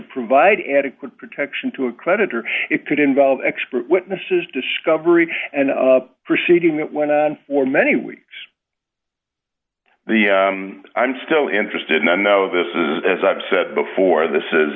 provide adequate protection to a creditor it could involve expert witnesses discovery and proceeding that went on for many weeks the i'm still interested in i know this is as i've said before this is